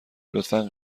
لطفا